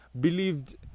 believed